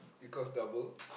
because double